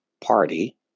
party